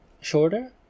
shorter